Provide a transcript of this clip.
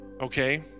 okay